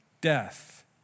death